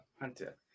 hunter